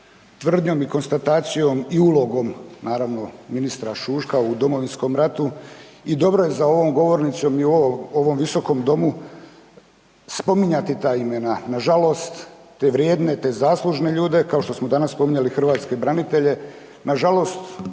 tvrdnjom i konstatacijom i ulogom naravno ministra Šuška u Domovinskom ratu i dobro je za ovom govornicom i u ovom Visokom domu spominjati ta imena. Nažalost, te vrijedne, te zaslužne ljude kao što smo danas spominjali hrvatske branitelje, nažalost